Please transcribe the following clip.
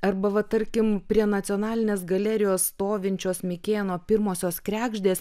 arba va tarkim prie nacionalinės galerijos stovinčios mikėno pirmosios kregždės